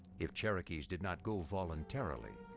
if cherokees did not go voluntarily,